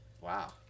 wow